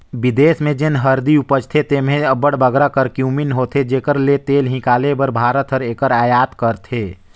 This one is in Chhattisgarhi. बिदेस में जेन हरदी उपजथे तेम्हें अब्बड़ बगरा करक्यूमिन होथे जेकर तेल हिंकाले बर भारत हर एकर अयात करथे